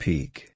Peak